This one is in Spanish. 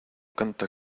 canta